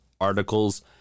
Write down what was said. articles